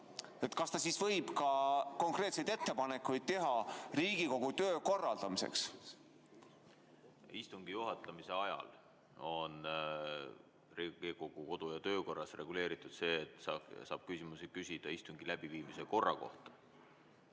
kas ta siis võib ka konkreetseid ettepanekuid teha Riigikogu töö korraldamise kohta? Istungi juhatamise ajal, nagu on Riigikogu kodu‑ ja töökorras reguleeritud, saab küsimusi küsida istungi läbiviimise korra kohta.